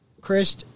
Chris